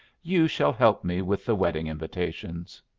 you shall help me with the wedding invitations.